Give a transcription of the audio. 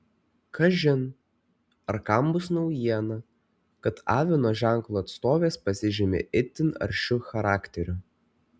kažin ar kam bus naujiena kad avino ženklo atstovės pasižymi itin aršiu charakteriu